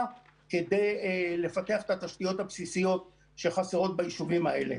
כדי לפתח את התשתיות הבסיסיות שחסרות ביישובים האלה.